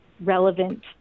relevant